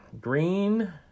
Green